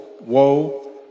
woe